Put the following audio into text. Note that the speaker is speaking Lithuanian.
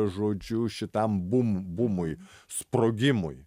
žodžiu šitam bum bumui sprogimui